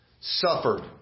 suffered